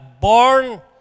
born